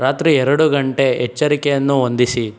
ರಾತ್ರಿ ಎರಡು ಗಂಟೆ ಎಚ್ಚರಿಕೆಯನ್ನು ಹೊಂದಿಸಿ